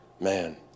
Man